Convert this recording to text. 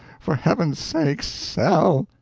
for heaven's sake sell!